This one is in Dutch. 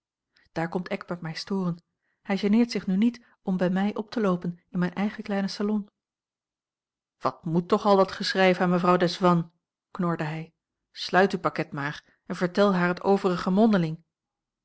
daar komt eckbert mij storen hij geneert zich nu niet om bij mij op te loopen in mijn eigen klein salon wat moet toch al dat geschrijf aan mevrouw desvannes knorde hij sluit uw pakket maar en vertel haar het overige mondeling